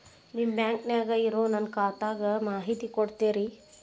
ನಿಮ್ಮ ಬ್ಯಾಂಕನ್ಯಾಗ ಇರೊ ನನ್ನ ಖಾತಾದ ಮಾಹಿತಿ ಕೊಡ್ತೇರಿ?